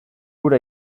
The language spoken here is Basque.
hura